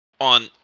on